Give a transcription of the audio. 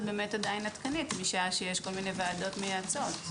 באמת עדכנית משעה שיש כל מיני ועדות מייעצות.